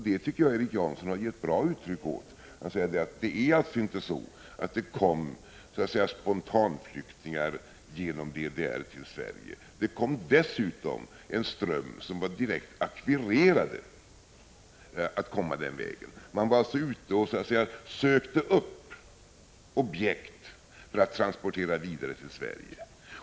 Det tycker jag att Erik Janson givit uttryck för på ett bra sätt. Han sade att det inte var så att det kom bara spontanflyktingar genom DDR till Sverige. Det kom dessutom en ström av flyktingar som var direkt ackvirerade att komma den vägen. Man var alltså ute och sökte upp objekt för att transportera vidare till Sverige.